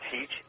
teach